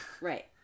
Right